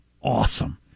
awesome